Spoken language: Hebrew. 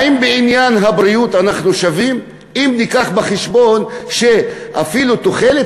האם בעניין הבריאות אנחנו שווים אם נביא בחשבון שאפילו תוחלת